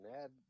Ned